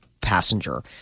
passenger